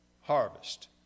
harvest